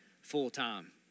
full-time